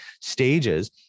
stages